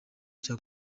cya